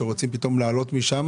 שרוצים פתאום לעלות משם